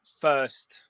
first